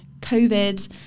covid